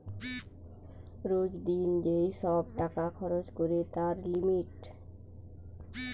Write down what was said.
রোজ দিন যেই সব টাকা খরচ করে তার লিমিট